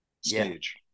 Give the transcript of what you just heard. stage